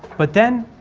but then,